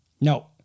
No